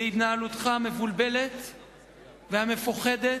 בהתנהלותך המבולבלת והמפוחדת,